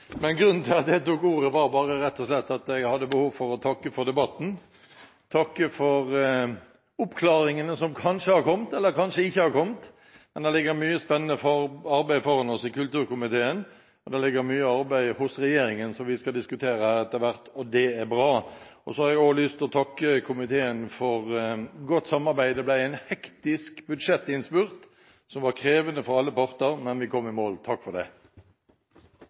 Grunnen til at jeg tok ordet, var bare rett og slett at jeg hadde behov for å takke for debatten, takke for oppklaringene som kanskje har kommet eller kanskje ikke har kommet. Det ligger mye spennende arbeid foran oss i kulturkomiteen, det ligger mye arbeid hos regjeringen som vi skal diskutere etter hvert, og det er bra. Jeg har også lyst til å takke komiteen for godt samarbeid. Det ble en hektisk budsjettinnspurt, som var krevende for alle parter, men vi kom i mål. Takk for det.